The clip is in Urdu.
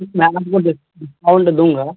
میں آپ کو ڈسکاؤنٹ دوں گا